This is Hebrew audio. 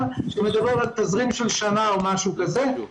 אנחנו נביא נייר שמדבר על תזרים של שנה או משהו כזה,